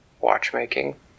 watchmaking